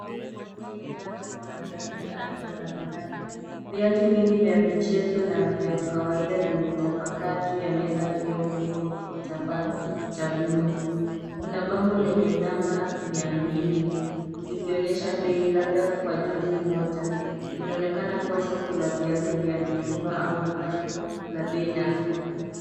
Fremu ya soko imejaa rundo la viatu vya aina mbalimbali. Viatu vingi vya michezo na vya kawaida vimetapakaa juu ya meza iliyofunikwa kwa kitambaa cha buluu. Kuna bango lenye namba mia mbili, likionyesha bei labda kwa jozi moja. Inaonekana kuwa soko la viatu vya mitumba au duka la bei nafuu.